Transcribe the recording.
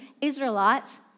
Israelites